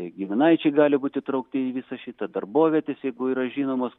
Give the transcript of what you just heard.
giminaičiai gali būti įtraukti į visa šitą darbovietės jeigu yra žinomos